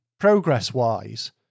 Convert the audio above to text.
Progress-wise